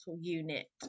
unit